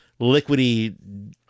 liquidy